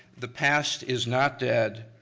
the past is not dead,